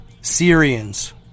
Syrians